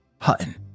Hutton